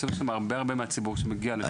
הרבה מהציבור מגיע לשם.